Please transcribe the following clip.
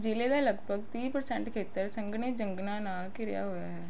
ਜ਼ਿਲ੍ਹੇ ਦਾ ਲਗਭਗ ਤੀਹ ਪ੍ਰਸੈਂਟ ਖੇਤਰ ਸੰਘਣੇ ਜੰਗਲਾਂ ਨਾਲ ਘਿਰਿਆ ਹੋਇਆ ਹੈ